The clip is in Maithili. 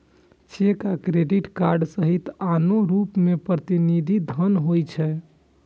चेक आ क्रेडिट कार्ड सहित आनो रूप मे प्रतिनिधि धन होइ छै